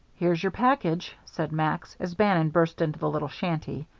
here's your package, said max, as bannon burst into the little shanty.